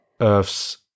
Earth's